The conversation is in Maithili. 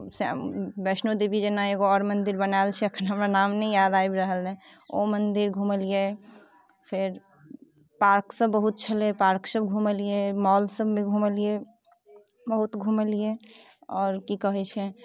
वैष्णोदेवी जेना एगो आओर मंदिर बनायल छै एखन हमरा नाम नहि याद आबि रहल अछि ओ मंदिर घुमलियै फेर पार्क सभ बहुत छलै पार्क सभ घुमलियै मौल सभमे घुमलियै बहुत घुमलियै आओर की कहैत छै